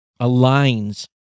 aligns